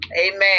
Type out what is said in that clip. amen